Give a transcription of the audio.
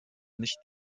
nicht